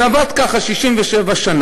זה עבד ככה 67 שנה.